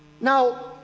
Now